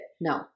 no